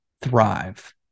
thrive